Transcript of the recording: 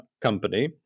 company